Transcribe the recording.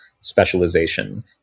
specialization